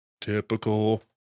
typical